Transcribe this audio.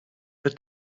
but